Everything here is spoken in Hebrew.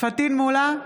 פטין מולא,